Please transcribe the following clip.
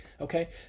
Okay